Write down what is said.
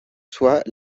soit